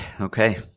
okay